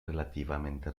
relativamente